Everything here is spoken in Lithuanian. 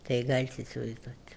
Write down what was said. tai galit įsivaizduot